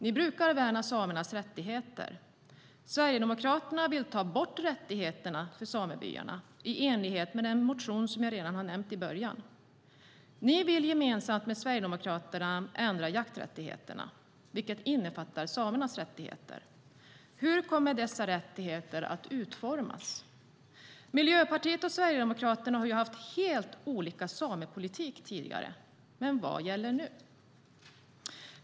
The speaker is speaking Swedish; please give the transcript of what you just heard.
Ni brukar värna samernas rättigheter. Sverigedemokraterna vill ta bort rättigheterna för samebyarna i enlighet med den motion jag nämnde i början av mitt anförande. Ni vill gemensamt med Sverigedemokraterna ändra jakträttigheterna, vilka innefattar samernas rättigheter. Hur kommer dessa rättigheter att utformas? Miljöpartiet och Sverigedemokraterna har haft helt olika samepolitik tidigare, men vad gäller nu?